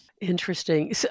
Interesting